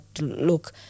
look